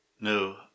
no